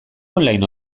online